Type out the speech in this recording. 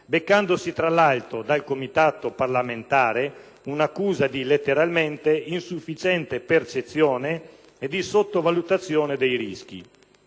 beccandosi, tra l'altro, dal Comitato parlamentare un'accusa di - letteralmente - insufficiente percezione e di sottovalutazione dei rischi.